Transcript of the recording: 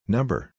Number